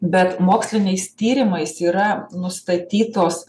bet moksliniais tyrimais yra nustatytos